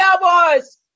Cowboys